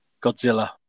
Godzilla